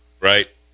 right